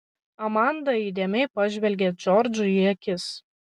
amanda įdėmiai pažvelgė džordžui į akis